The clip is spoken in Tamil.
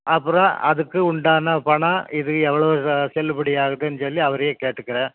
அப்புறம் அதுக்கு உண்டான பணம் இது எவ்வளோ செல்லுபடியாகுதுன்னு சொல்லி அவரை கேட்டுக்கிறேன்